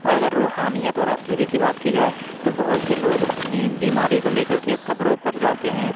اور اگر روحانیت اور عقیدے کی بات کی جائے تو بہت سے لوگ اپنی بیماری کو لے کر کے قبروں پر جاتے ہیں